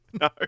No